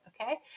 Okay